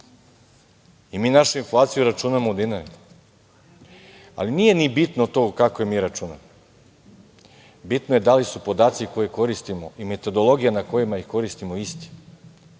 našu inflaciju računamo u dinarima, ali nije ni bitno to kako je mi računamo, bitno je da li su podaci koje koristimo i metodologija na kojima ih koristimo isti,